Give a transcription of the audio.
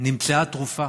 נמצאה תרופה,